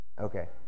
okay